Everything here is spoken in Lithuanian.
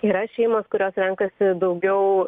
yra šeimos kurios renkasi daugiau